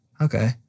Okay